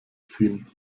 ziehen